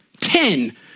Ten